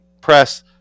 press